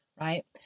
right